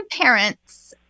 parents